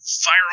fire